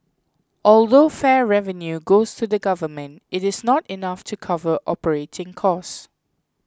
although fare revenue goes to the government it is not enough to cover operating costs